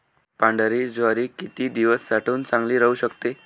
पांढरी ज्वारी किती दिवस साठवून चांगली राहू शकते?